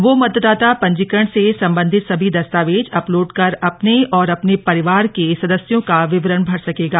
वह मतदाता पंजीकरण से संबंधित सभी दस्तावेज अपलोड कर अपने और अपने परिवार के सदस्यों का विवरण भर सकेगा